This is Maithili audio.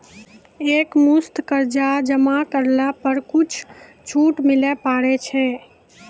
एक मुस्त कर्जा जमा करला पर कुछ छुट मिले पारे छै?